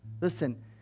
Listen